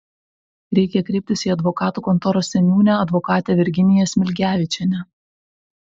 reikia kreiptis į advokatų kontoros seniūnę advokatę virginiją smilgevičienę